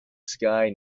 sky